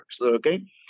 Okay